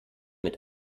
mit